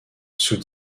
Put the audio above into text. sous